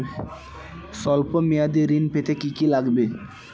সল্প মেয়াদী ঋণ পেতে কি কি লাগবে?